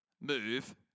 move